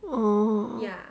oh